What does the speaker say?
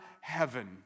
heaven